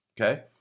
okay